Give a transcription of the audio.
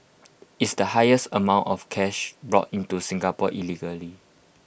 it's the highest amount of cash brought into Singapore illegally